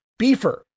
Beefer